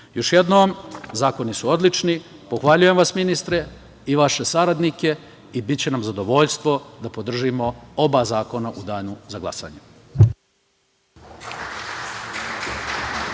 jednom, zakoni su odlični, pohvaljujem vas, ministre, i vaše saradnike i biće nam zadovoljstvo da podržimo oba zakona u danu za glasanje.